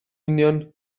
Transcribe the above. union